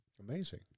Amazing